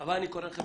אבל אני קורא לכם,